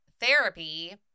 therapy